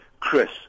Chris